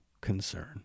concern